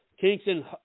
Kingston